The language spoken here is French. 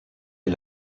est